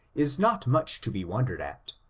is not much to be won dered at,